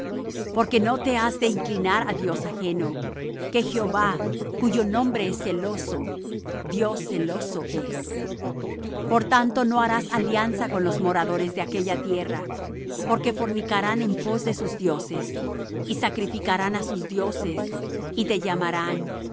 porque no te has de inclinar á dios ajeno que jehová cuyo nombre es celoso dios celoso es por tanto no harás alianza con los moradores de aquella tierra porque fornicarán en pos de sus dioses y sacrificarán á sus dioses y te llamarán y